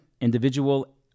individual